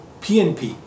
PNP